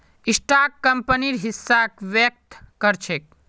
stock कंपनीर हिस्साक व्यक्त कर छेक